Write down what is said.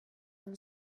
and